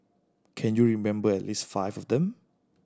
can you remember at least five of them